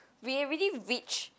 we already reach